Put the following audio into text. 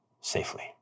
safely